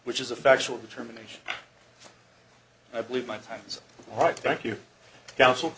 which is a factual determination i believe my time's right thank you counsel